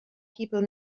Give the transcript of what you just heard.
people